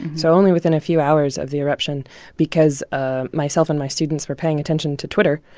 so only within a few hours of the eruption because ah myself and my students were paying attention to twitter,